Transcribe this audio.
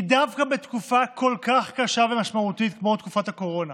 כי דווקא בתקופה כל כך קשה ומשמעותית כמו תקופת הקורונה